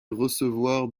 recevoir